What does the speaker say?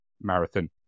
marathon